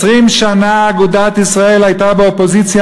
20 שנה אגודת ישראל הייתה באופוזיציה,